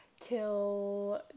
till